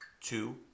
two